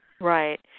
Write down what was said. Right